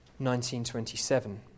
1927